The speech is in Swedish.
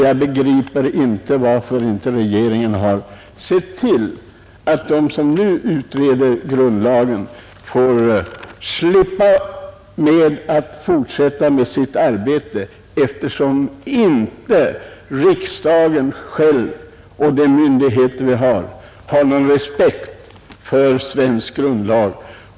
Jag begriper inte varför regeringen inte ser till att de som nu utreder grundlagsfrågan slipper fortsätta sitt arbete, eftersom inte riksdagen själv och de myndigheter som finns har någon respekt för svensk grundlag.